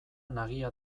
nagia